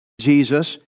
Jesus